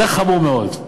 זה חמור מאוד.